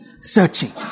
Searching